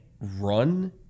run